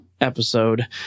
episode